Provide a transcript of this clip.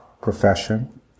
profession